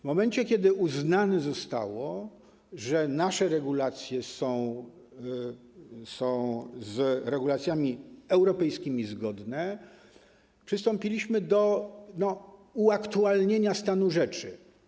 W momencie, kiedy uznane zostało, że nasze regulacje są zgodne z regulacjami europejskimi, przystąpiliśmy do uaktualnienia stanu rzeczy.